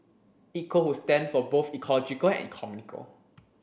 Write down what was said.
Eco would stand for both ecological and economical